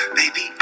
baby